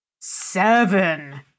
seven